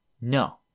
no